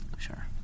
Sure